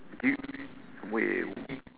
do you wait